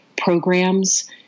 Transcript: programs